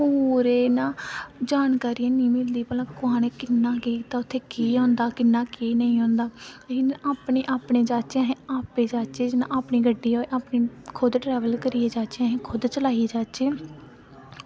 पूरे इ'यां जानकारी ऐ निं होंदी की कुसै नै केह् कि'यां कुसै नै केह् कीता उत्थें केह् होंदा केह् नेईं होंदा अपने जाचै ते जाचै जि'यां अपनी गड्डी होऐ अपनी खुद ट्रैवल करियै जाचै